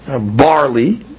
barley